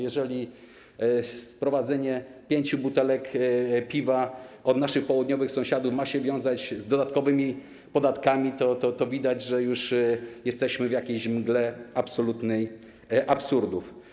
Jeżeli sprowadzenie pięciu butelek piwa od naszych południowych sąsiadów ma się wiązać z dodatkowymi podatkami, to widać, że już jesteśmy w jakiejś absolutnej mgle absurdów.